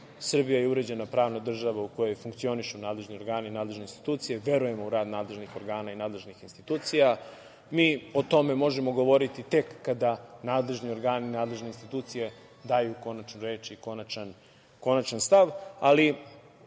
Srbija je uređena pravna država u kojoj funkcionišu nadležni organi i nadležne institucije. Verujemo u rad nadležnih organa i nadležnih institucija. Mi o tome možemo govoriti tek kada nadležni organi, nadležne institucije daju konačnu reč, konačan stav. Ali,